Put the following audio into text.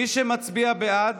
מי שמצביע בעד,